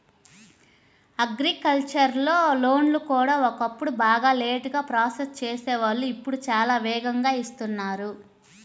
agricultural లోన్లు కూడా ఒకప్పుడు బాగా లేటుగా ప్రాసెస్ చేసేవాళ్ళు ఇప్పుడు చాలా వేగంగా ఇస్తున్నారు